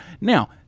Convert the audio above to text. Now